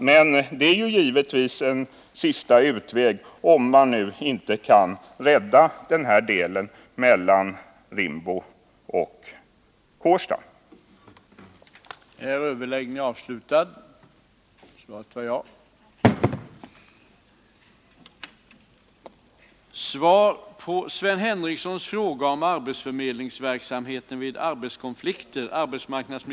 Men detta är givetvis en sista utväg, om man inte kan rädda bandelen mellan Rimbo och Kårsta.